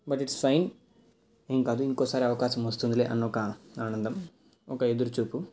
but it's fine ఏం కాదు ఇంకోసారి అవకాశం వస్తుందిలే అన్న ఒక ఆనందం ఒక ఎదురుచూపు